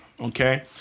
Okay